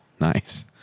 Nice